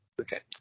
Okay